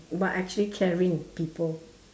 but actually caring people